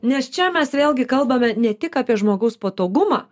nes čia mes vėlgi kalbame ne tik apie žmogaus patogumą